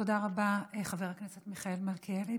תודה רבה, חבר הכנסת מיכאל מלכיאלי.